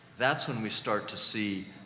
that's when we start to see,